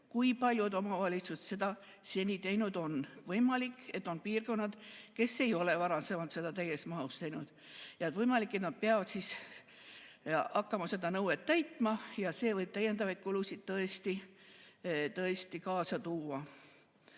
kui paljud omavalitsused seda seni teinud on. Võimalik, et on piirkondi, kus ei ole varasemalt seda täies mahus tehtud, ja võimalik, et kui peab hakkama seda nõuet täitma, siis see võib täiendavaid kulusid tõesti kaasa tuua.